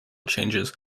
changes